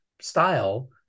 style